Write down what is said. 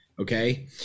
Okay